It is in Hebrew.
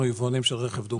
יבואנים של רכב דו גלגלי.